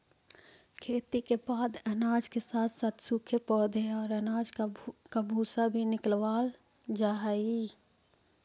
खेती के बाद अनाज के साथ साथ सूखे पौधे और अनाज का भूसा भी निकावल जा हई